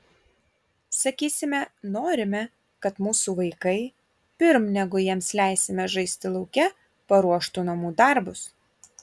sakysime norime kad mūsų vaikai pirm negu jiems leisime žaisti lauke paruoštų namų darbus